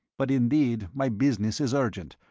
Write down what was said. but indeed my business is urgent,